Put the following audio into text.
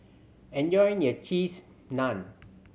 enjoy your Cheese Naan